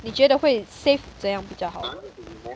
你觉得会 save 怎样比较好